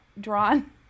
drawn